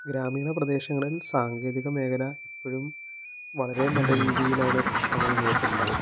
ഗ്രാമീണ പ്രദേശങ്ങളിൽ സാങ്കേതിക മേഖല ഇപ്പോഴും വളരെ നല്ല രീതിയിലാണ് പ്രശ്നങ്ങൾ നേരിടുന്നത്